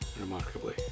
Remarkably